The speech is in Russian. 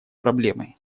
проблемой